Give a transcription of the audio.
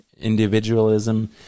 individualism